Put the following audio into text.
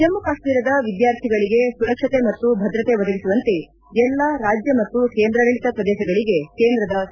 ಜಮ್ಮ ಕಾಶ್ಮೀರದ ವಿದ್ಯಾರ್ಥಿಗಳಿಗೆ ಸುರಕ್ಷತೆ ಮತ್ತು ಭದ್ರತೆ ಒದಗಿಸುವಂತೆ ಎಲ್ಲಾ ರಾಜ್ಯ ಮತ್ತು ಕೇಂದ್ರಾಡಳತ ಪ್ರದೇಶಗಳಿಗೆ ಕೇಂದ್ರದ ಸೂಚನೆ